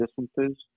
distances